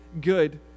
good